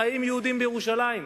חיים יהודיים בירושלים.